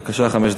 בבקשה, חמש דקות.